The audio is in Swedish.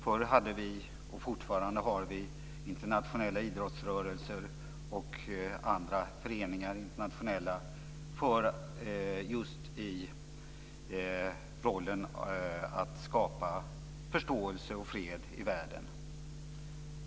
Vi hade förr och har fortfarande internationella idrottsrörelser och andra internationella sammanslutningar för uppgiften att skapa förståelse och fred i världen.